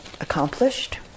accomplished